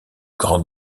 grand